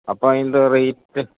അപ്പം അതിൻ്റെ റെയിറ്റ്